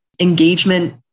engagement